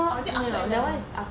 or is it after A levels